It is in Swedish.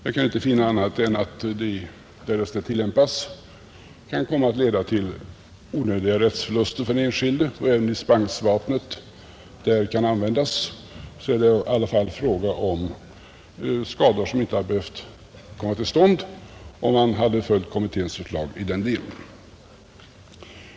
Jag kan inte finna annat än att det därest den tillämpas kan komma att leda till onödiga rättsförluster för den enskilde. Och även om dispensvapnet där kan användas så är det i alla fall fråga om skador som inte behövt komma till stånd om man hade följt kommitténs förslag i den delen.